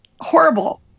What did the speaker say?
horrible